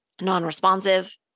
non-responsive